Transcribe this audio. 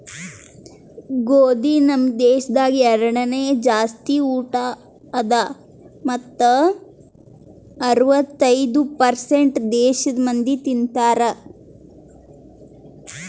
ಗೋದಿ ನಮ್ ದೇಶದಾಗ್ ಎರಡನೇ ಜಾಸ್ತಿ ಊಟ ಅದಾ ಮತ್ತ ಅರ್ವತ್ತೈದು ಪರ್ಸೇಂಟ್ ದೇಶದ್ ಮಂದಿ ತಿಂತಾರ್